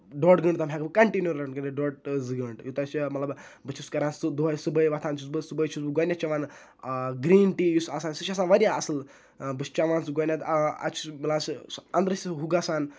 ڈوٚڑ گٲنٹہٕ تانۍ ہیٚکہٕ بہٕ کَنٹِنیو رَن کٔرِتھ ڈوٚڑ ٹوٚ زٕ گٲنٹہٕ یوتانۍ سُہ مطلب بہٕ چھُس کران سُہ دۄہے صبُحٲے وۄتھان چھُس بہٕ صبُحٲے چھُس بہٕ گۄڈٕنیٚتھ چیٚوان گریٖن ٹی یُس آسان سُہ چھُ آسان واریاہ اَصٕل بہٕ چھُس چیٚوان سُہ گۄڈٕنیٚتھ اَتہِ چھُس بہٕ اندرٕے ہُہ گژھان